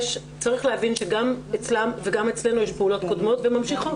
צריך להבין שגם אצלם וגם אצלנו יש פעולות קודמות וממשיכות.